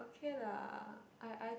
okay ah I I